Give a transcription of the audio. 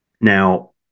Now